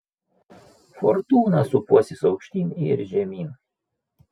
fortūna sūpuosis aukštyn ir žemyn